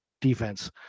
defense